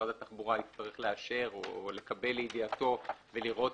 משרד התחבורה יצטרך לאשר או לקבל לידיעתו ולראות